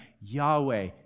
Yahweh